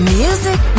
music